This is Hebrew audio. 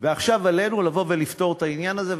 ועכשיו עלינו לפתור את העניין הזה,